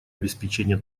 обеспечения